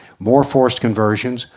more forced conversions,